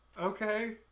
okay